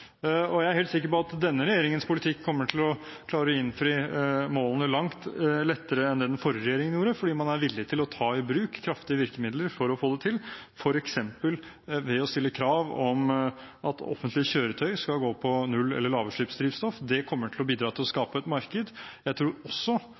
og jeg er helt sikker på at denne regjeringens politikk kommer til å klare å innfri målene langt lettere enn den forrige regjeringen gjorde, fordi man er villig til å ta i bruk kraftige virkemidler for å få det til, f.eks. ved å stille krav om at offentlige kjøretøy skal gå på null- eller lavutslippsdrivstoff. Det kommer til å bidra til å